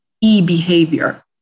e-behavior